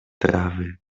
trawy